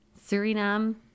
Suriname